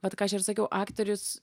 vat ką aš ir sakiau aktorius